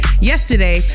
yesterday